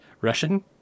Russian